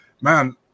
man